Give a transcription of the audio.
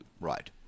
Right